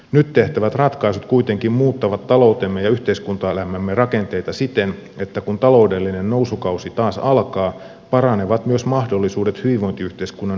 nyt tehtävät ratkaisut kuitenkin muuttavat taloutemme ja yhteiskuntaelämämme rakenteita siten että kun taloudellinen nousukausi taas alkaa paranevat myös mahdollisuudet hyvinvointiyhteiskunnan ylläpitoon ja kehittämiseen